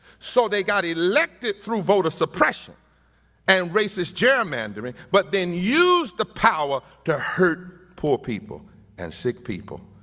so, they got elected through voter suppression and racist gerrymandering, but then used the power to hurt poor people and sick people,